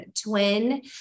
twin